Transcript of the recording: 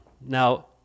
Now